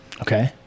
Okay